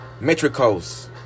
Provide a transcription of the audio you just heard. metricos